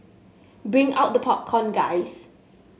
bring out the popcorn guys